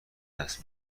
دست